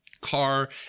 car